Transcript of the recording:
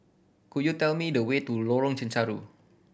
could you tell me the way to Lorong Chencharu